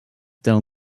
del